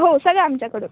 हो सगळं आमच्याकडून